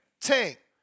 Tank